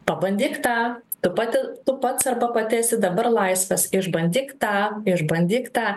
pabandyk tą tu pati tu pats arba pati esi dabar laisvas išbandyk tą išbandyk tą